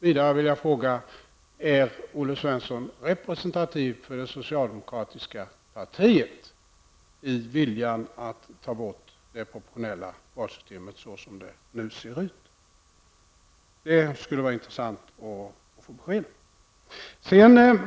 Är vidare Olle Svensson representativ för det socialdemokratiska partiet när det gäller att ta bort det proportionella valsystem såsom det nu ser ut? Det vore intressant att få besked om detta.